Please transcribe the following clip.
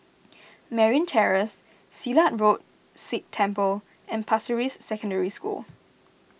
Merryn Terrace Silat Road Sikh Temple and Pasir Ris Secondary School